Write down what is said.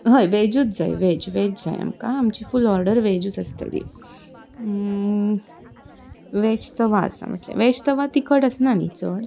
हय वेजूच जाय वेज वेज आमकां आमची फूल ऑर्डर वेजूच आसतलाी वेज तवा आसा वेज तवा तिखट आसना न्ही चड